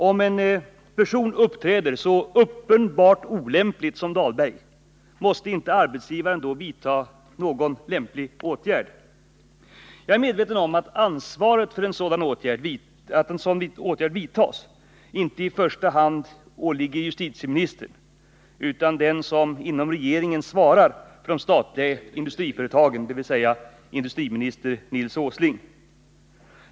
Om en person uppträder så uppenbart olämpligt som Dahlberg, måste inte arbetsgivaren då vidta någon lämplig åtgärd? Jag är medveten om att ansvaret för att en sådan åtgärd vidtas inte i första hand åvilar justitieministern utan den som inom regeringen svarar för de statliga industriföretagen, dvs. industriminister Nils Åsling.